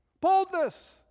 Boldness